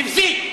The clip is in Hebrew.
נבזי.